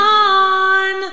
on